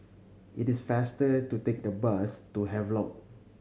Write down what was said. it is faster to take the bus to Havelock